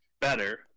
better